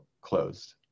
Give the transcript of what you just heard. closed